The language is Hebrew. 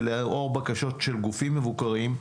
ולאור בקשות של גופים מבוקרים,